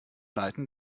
leiten